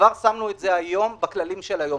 כבר שמנו את זה היום, בכללים של היום.